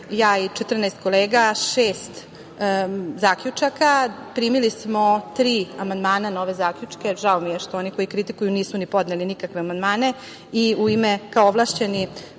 ja i 14 kolega šest zaključaka. Primili smo tri amandmana na ove zaključke. Žao mi je što oni koji kritikuju nisu ni podneli nikakve amandmane. Kao ovlašćeni